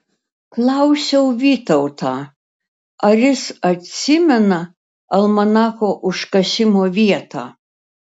klausiau vytautą ar jis atsimena almanacho užkasimo vietą